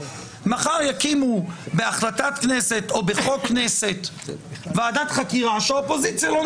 מחר יקימו בהחלטת כנסת או בחוק כנסת ועדת חקירה שהאופוזיציה לא נמצאת.